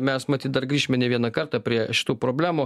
mes matyt dar grįšime ne vieną kartą prie šitų problemų